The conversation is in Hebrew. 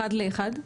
אחד לאחד.